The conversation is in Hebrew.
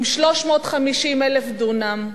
עם 350,000 דונם,